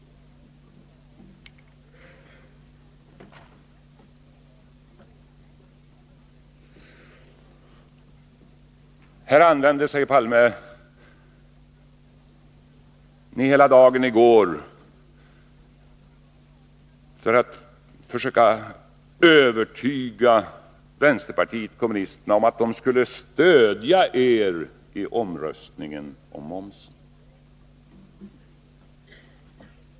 Ni använde er av hela dagen i går, Olof Palme, för att försöka övertyga vänsterpartiet kommunisterna om att de skulle stödja er i omröstningen om momsen.